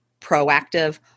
proactive